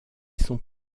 sont